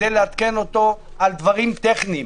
כדי לעדכן אותו על דברים טכניים.